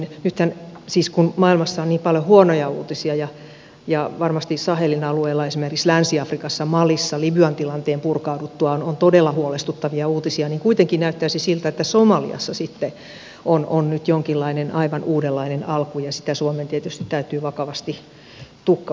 kun maailmassa on niin paljon huonoja uutisia ja varmasti sahelin alueella esimerkiksi länsi afrikassa malissa libyan tilanteen purkauduttua on todella huolestuttavia uutisia niin kuitenkin näyttäisi siltä että somaliassa on nyt jonkinlainen aivan uudenlainen alku ja sitä suomen tietysti täytyy vakavasti tukea